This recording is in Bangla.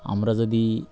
আমরা যদি